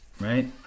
right